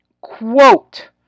quote